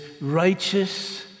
righteous